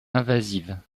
invasives